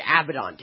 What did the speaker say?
Abaddon